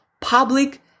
Public